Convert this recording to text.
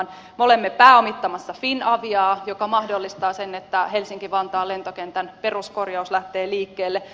me olemme pääomittamassa finaviaa joka mahdollistaa sen että helsinki vantaan lentokentän peruskorjaus lähtee liikkeelle